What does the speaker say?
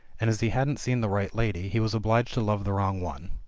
and as he hadn't seen the right lady, he was obliged to love the wrong one.